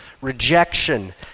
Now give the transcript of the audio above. rejection